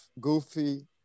Goofy